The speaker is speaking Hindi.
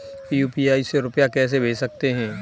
यू.पी.आई से रुपया कैसे भेज सकते हैं?